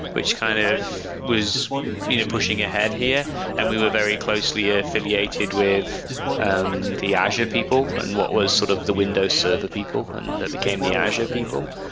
which kind of was pushing ahead here and we were very closely affiliated with and the azure people and what was sort of the windows server people, and that became the azure people.